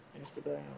Instagram